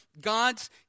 God's